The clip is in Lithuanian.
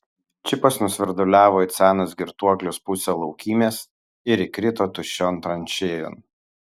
čipas nusvirduliavo it senas girtuoklis pusę laukymės ir įkrito tuščion tranšėjon